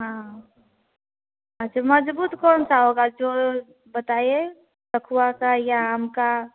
हाँ अच्छा मज़बूत कौन सा होगा जो बताइए सखुआ का या आम का